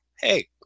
Hey